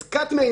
מה זה ראיה?